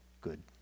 good